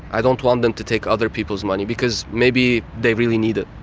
i don't want them to take other people's money because maybe they really need it.